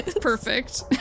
Perfect